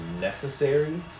necessary